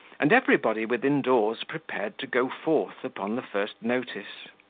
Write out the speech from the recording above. and everybody within-doors prepared to go forth upon the first notice.